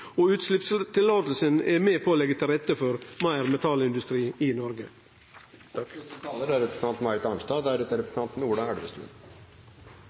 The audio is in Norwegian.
og utsleppstillatinga er med på å leggje til rette for meir mineralindustri i Noreg.